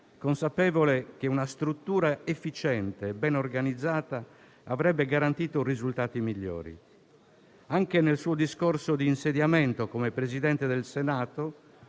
consapevole che una struttura efficiente e ben organizzata avrebbe garantito risultati migliori. Anche nel suo discorso di insediamento come Presidente del Senato